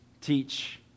teach